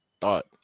Thought